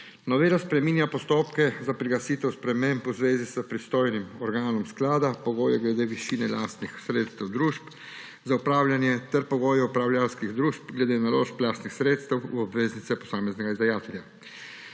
Novela spreminja postopke za priglasitev sprememb v zvezi s pristojnim organom sklada, pogoje glede višine lastnih sredstev družb za upravljanje ter pogoje upravljavskih družb glede naložb lastnih sredstev v obveznice posameznega izdajatelja.